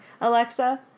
Alexa